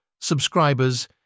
subscribers